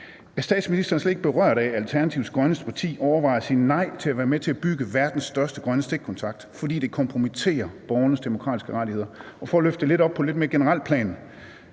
Er statsministeren slet ikke berørt af, at Alternativet, det grønneste parti, overvejer at sige nej til at være med til at bygge verdens største grønne stikkontakt, fordi det kompromitterer borgernes demokratiske rettigheder? For at løfte det op på et lidt mere generelt plan